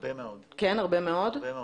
הרבה מאוד.